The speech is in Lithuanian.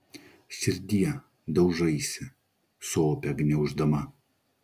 širdie daužaisi sopę gniauždama